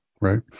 right